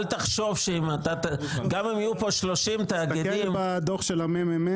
אל תחשוב שגם אם יהיו פה 30 תאגידים -- תסתכל בדוח של ה-מ.מ.מ,